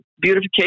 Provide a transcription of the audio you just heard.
beautification